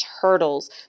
turtles